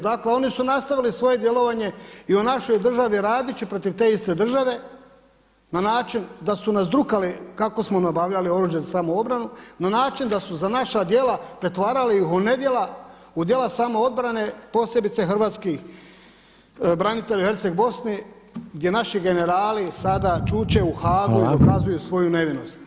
Dakle, oni su nastavili svoje djelovanje i u našoj državi radeći protiv te iste države na način da su nas drukali kako smo nabavljati oružje za samoobranu na način da su za naša djela pretvarali ih u nedjela, u djela samoobrane posebice hrvatskih branitelja u Herceg Bosni gdje naši generali sada čuče u Haagu [[Upadica Reiner: Hvala.]] i dokazuju svoju nevinost.